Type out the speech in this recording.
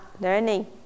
learning